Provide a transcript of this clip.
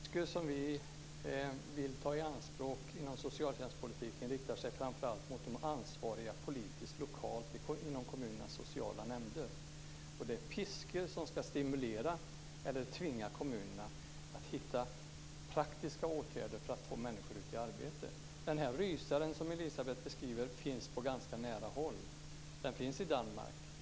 Fru talman! De piskor som vi vill ta i anspråk inom socialtjänstpolitiken riktar sig framför allt mot de politiskt ansvariga lokalt i kommunernas sociala nämnder. Det är piskor som ska stimulera eller tvinga kommunerna att hitta praktiska åtgärder för att få människor ut i arbete. Den rysare som Elisebeht Markström beskriver finns på nära håll. Den finns i Danmark.